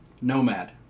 nomad